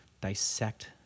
dissect